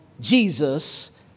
Jesus